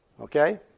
Okay